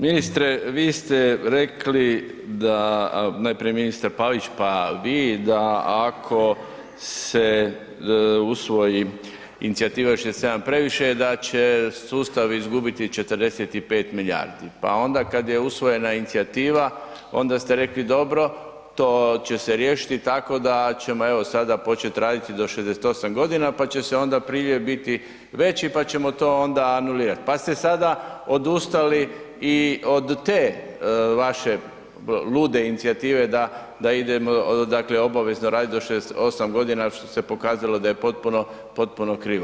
Ministre, vi ste rekli da najprije ministar Pavić pa vi da ako se usvoji inicijativa „67 je previše“ da će sustav izgubiti 45 milijardi, pa onda kad je usvojena inicijativa, onda ste rekli dobro, to će se riješiti tako da ćemo evo sada početi raditi do 68 g. pa će se onda priljev biti veći pa ćemo to onda anulirati pa ste sada odustali i od te vaše lude inicijative da idemo dakle obavezno radit do 68 g. što se pokazalo da je potpuno krivo.